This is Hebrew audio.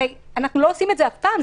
הרי אנחנו לא עושים את זה אף פעם,